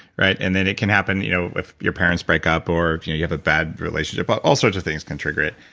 and then it can happen you know if your parents break up or if you know you have a bad relationship. all sorts of things can trigger it.